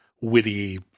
witty